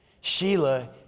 Sheila